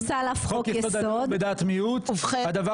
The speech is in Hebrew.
בדעת מיעוט כן, חוק